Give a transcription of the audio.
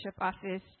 office